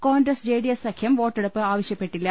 Congress J D S സഖ്യം വോട്ടെടുപ്പ് ആവശ്യപ്പെട്ടില്ല